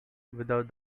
without